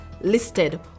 listed